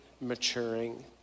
maturing